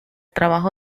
trabajo